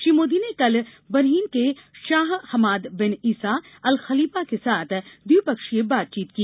श्री मोदी ने कल बहरीन के शाह Hamad bin Isa Al Khalifa के साथ द्विपक्षीय बातचीत की